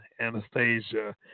Anastasia